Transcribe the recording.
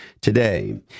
today